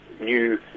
new